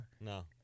No